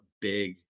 big